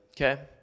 okay